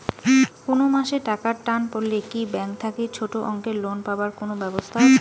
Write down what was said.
কুনো মাসে টাকার টান পড়লে কি ব্যাংক থাকি ছোটো অঙ্কের লোন পাবার কুনো ব্যাবস্থা আছে?